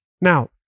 Now